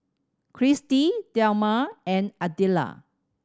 Kristie Delmar and Adella